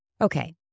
Okay